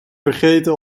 vergeten